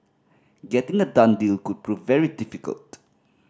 getting a done deal could prove very difficult